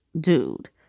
dude